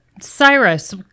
Cyrus